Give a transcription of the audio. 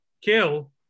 kill